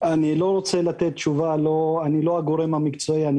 אני לא הגורם המקצועי לתת תשובה,